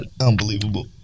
unbelievable